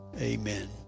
amen